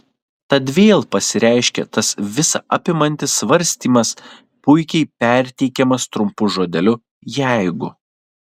tad vėl pasireiškė tas visa apimantis svarstymas puikiai perteikiamas trumpu žodeliu jeigu